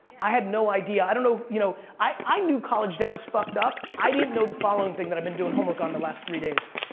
i had no idea, i don't know, you know, i knew college debt was fucked up. i didn't know the following thing that i've been doing homework on the last three days.